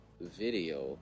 video